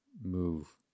move